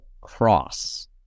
cross